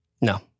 No